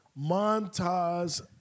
montage